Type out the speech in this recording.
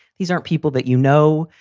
these aren't people that, you know,